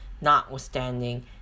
notwithstanding